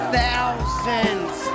thousands